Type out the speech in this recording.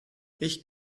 ich